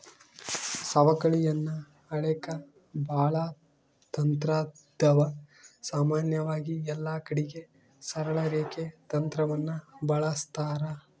ಸವಕಳಿಯನ್ನ ಅಳೆಕ ಬಾಳ ತಂತ್ರಾದವ, ಸಾಮಾನ್ಯವಾಗಿ ಎಲ್ಲಕಡಿಗೆ ಸರಳ ರೇಖೆ ತಂತ್ರವನ್ನ ಬಳಸ್ತಾರ